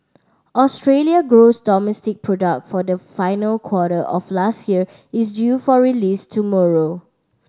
Australia gross domestic product for the final quarter of last year is due for release tomorrow